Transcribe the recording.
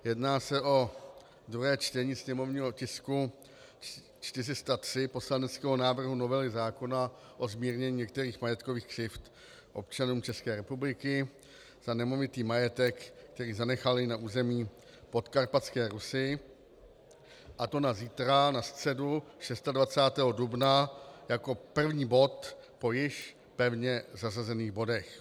Jedná se o druhé čtení sněmovního tisku 403, poslaneckého návrhu novely zákona o zmírnění některých majetkových křivd občanům České republiky za nemovitý majetek, který zanechali na území Podkarpatské Rusi, a to na zítra, na středu 26. dubna, jako první bod po již pevně zařazených bodech.